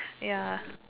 ya